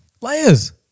Layers